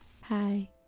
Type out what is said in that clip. Hi